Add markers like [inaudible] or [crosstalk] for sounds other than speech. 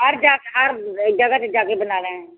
[unintelligible]